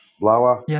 blower